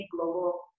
global